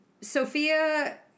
Sophia